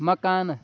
مکانہٕ